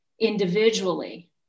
individually